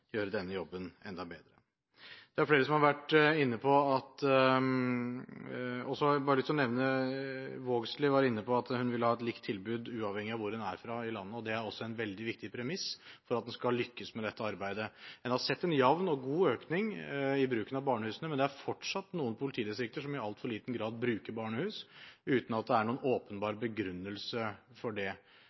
gjøre denne jobben enda bedre. Så var Lene Vågslid inne på at hun ville ha et likt tilbud uavhengig av hvor en er fra i landet. Det er også et veldig viktig premiss for at en skal lykkes med dette arbeidet. En har sett en jevn og god økning i bruken av barnehusene, men det er fortsatt noen politidistrikter som i altfor liten grad bruker barnehus uten at det er noen åpenbar begrunnelse for det.